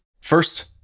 First